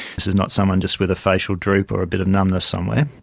this is not someone just with a facial droop or a bit of numbness somewhere.